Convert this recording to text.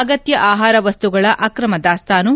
ಅಗತ್ತ ಆಹಾರ ವಸ್ತುಗಳ ಅಕ್ರಮ ದಾಸ್ತಾನು